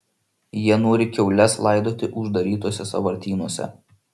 jie nori kiaules laidoti uždarytuose sąvartynuose